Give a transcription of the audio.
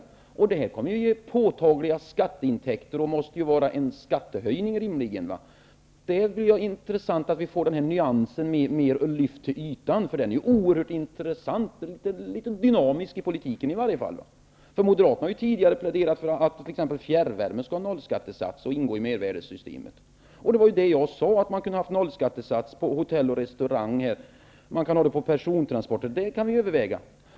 Detta skulle ge påtagliga skatteintäkter och måste rimligen innebära en skattehöjning. Det vore intressant att få denna nyans litet mer lyft till ytan, eftersom den är oerhört intressant. Den är litet dynamisk i politiken i varje fall. Moderaterna har ju tidigare pläderat för att t.ex. fjärrvärmen skall ha en nollskattesats och ingå i mervärdesskattesystemet. Jag sade att man ju skulle kunna ha nollskattesats när det gäller hotelloch restaurangtjänster. Man kan även ha det på persontransporter. Det kan vi överväga.